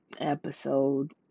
episode